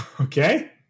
Okay